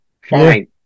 Fine